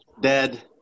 Dead